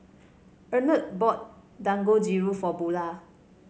Emett bought Dangojiru for Bulah